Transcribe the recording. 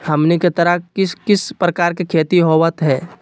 हमनी के तरफ किस किस प्रकार के खेती होवत है?